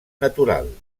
natural